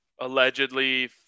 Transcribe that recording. allegedly